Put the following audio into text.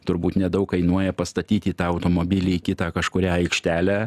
turbūt nedaug kainuoja pastatyti tą automobilį į kitą kažkurią aikštelę